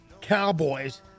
cowboys